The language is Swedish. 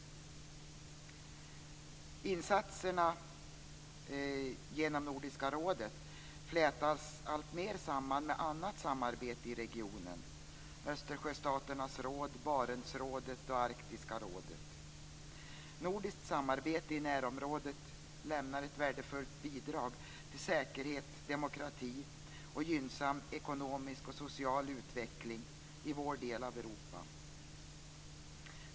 Insatserna genom Nordiska rådet flätas alltmer samman med annat samarbete i regionen - Östersjöstaternas råd, Barentsrådet och Arktiska rådet. Nordiskt samarbete i närområdet lämnar ett värdefullt bidrag till säkerhet, demokrati och gynnsam ekonomisk och social utveckling i vår del av Europa.